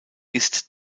ist